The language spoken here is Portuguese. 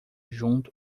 junto